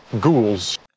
ghouls